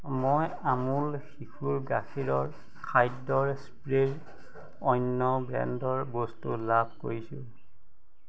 মই আমুল শিশুৰ গাখীৰৰ খাদ্যৰ স্প্ৰে'ৰ অন্য ব্ৰেণ্ডৰ বস্তু লাভ কৰিছোঁ